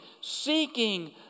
seeking